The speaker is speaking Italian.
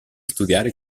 studiare